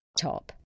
Top